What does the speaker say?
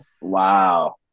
Wow